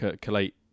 collate